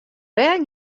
rêch